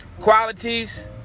qualities